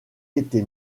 été